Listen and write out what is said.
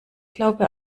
glaube